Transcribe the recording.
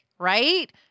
right